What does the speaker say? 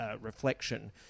Reflection